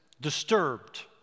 disturbed